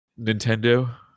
Nintendo